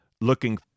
Looking